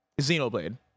Xenoblade